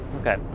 Okay